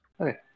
Okay